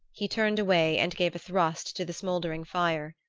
he turned away and gave a thrust to the smouldering fire.